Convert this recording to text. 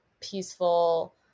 peaceful